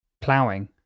ploughing